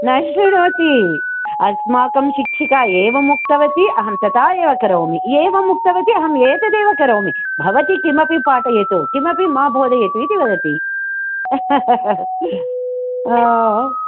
न श्रृणोति अस्माकं शिक्षिका एवमुक्तवती अहं तथा एव करोमि एवमुक्तवती अहम् एतदेव करोमि भवती किमपि पाठयतु किमपि मा बोधयतु इति वदति हो